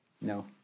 No